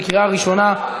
בקריאה ראשונה.